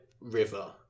River